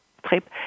trip